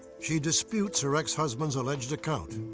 she disputes her ex-husband's alleged account.